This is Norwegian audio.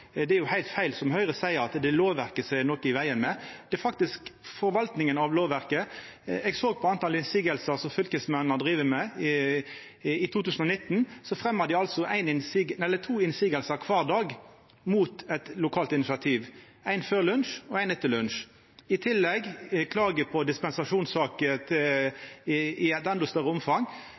Det er jo heilt feil det som Høgre seier, at det er lovverket det er noko i vegen med; det er faktisk forvaltinga av lovverket. Eg såg på talet på motsegner som fylkesmennene har drive med. I 2019 fremja dei to motsegner kvar dag mot eit lokalt initiativ – éi før lunsj og éi etter lunsj. I tillegg er det klager på dispensasjonssaker i eit endå større omfang.